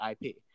IP